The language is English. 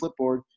flipboard